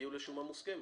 יגיעו לשומה מוסכמת?